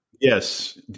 Yes